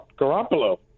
Garoppolo